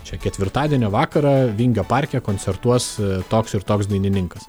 čia ketvirtadienio vakarą vingio parke koncertuos toks ir toks dainininkas